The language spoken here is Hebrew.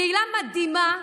קהילה מדהימה,